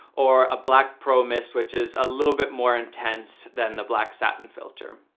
or a black pro-mist, which is a little bit more intense than the black satin filter.